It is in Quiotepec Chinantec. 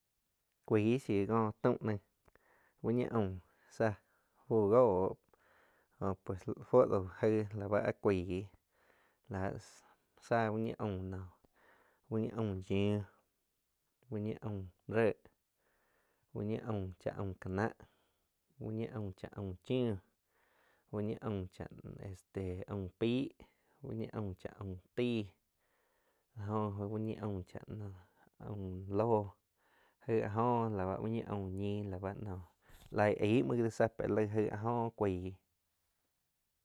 Kuaig shíu có taum naing úh ñi aum tzáh fu góo, jho pues fuo dau aig la bá áh kuaig, lah tzah úh ñii aum. Úh ñii yiuh, úh ñii aum ré, uh ñii aum cha aum ka náh úh ñi aum cha aum chiúh úh ñi aum cha este aum peig, úh ñi aum cha aum taig. lá jo óh úh ñi aum cha naum aum loóh, aig áh jó lau úh ñi aum ñíi la ba nou laig aig muo gí tza pé lai aigh áh jó cuaih.